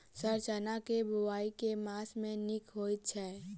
Sir चना केँ बोवाई केँ मास मे नीक होइ छैय?